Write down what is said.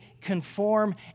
conform